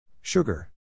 Sugar